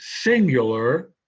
singular